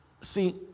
See